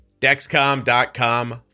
Dexcom.com